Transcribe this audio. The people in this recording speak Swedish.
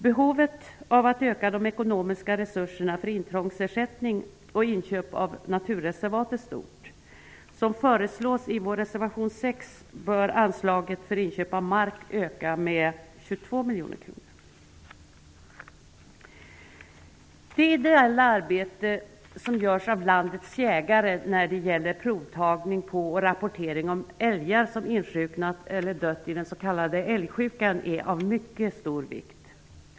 Behovet av att öka de ekonomiska resurserna för intrångsersättning och inköp av naturreservat är stort. Som föreslås i vår reservation 6 bör anslaget för inköp av mark öka med 22 miljoner kronor. Det ideella arbete som utförs av landet jägare när det gäller provtagning på och rapportering av älgar som har insjuknat eller dött i den s.k älgsjukan är av mycket stor vikt.